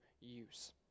use